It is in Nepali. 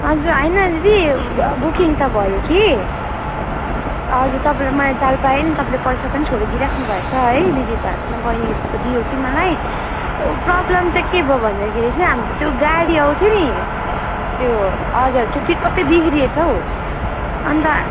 हजुर हैन दिदी बुकिङ त भयो कि हजुर तपाईँले मैले चाल पाएँ नि तपाईँले पैसा पनि छोडिदिई राख्नुभएछ है दिदीको हातमा बैनीले त दियो कि मलाई प्रोब्लेम चाहिँ के भयो भन्दाखेरि चाहिँ हाम्रो त्यो गाडी आउँथ्यो नि त्यो हजुर त्यो पिकअपै बिग्रिएछ हौ अनि त